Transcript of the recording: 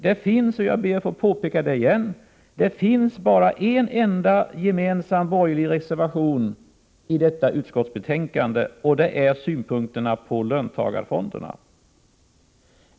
Jag ber återigen att få påpeka att det finns bara en enda gemensam borgerlig reservation i detta utskottsbetänkande, och det är den som innehåller synpunkter på löntagarfonderna.